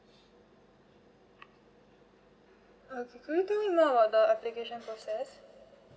okay could you tell me more about the application process